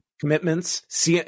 commitments